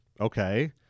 Okay